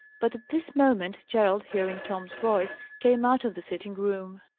but at this moment gerald, hearing tom's voice, came out of the sitting-room.